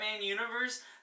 universe